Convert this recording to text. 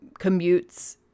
commutes